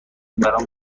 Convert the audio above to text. برام